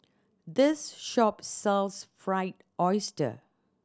this shop sells Fried Oyster